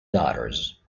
daughters